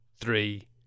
three